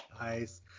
Nice